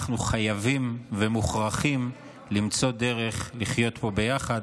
אנחנו חייבים ומוכרחים למצוא דרך לחיות פה ביחד,